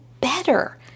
better